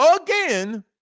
again